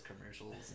commercials